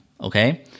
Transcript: Okay